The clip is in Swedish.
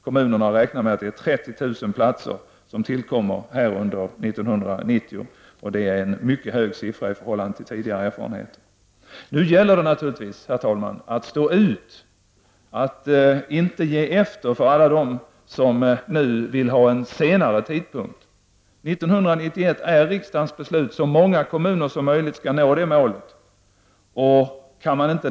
Kommunerna har räknat med att 30 000 platser tillkommer under 1990. Det är en mycket hög siffra i förhållande till tidigare erfarenheter. Herr talman! Nu gäller det naturligtvis att stå ut, att inte ge efter för alla som vill ha en senare tidpunkt. Enligt riksdagens beslut skall så många kommuner som möjligt ha nått målet 1991.